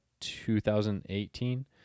2018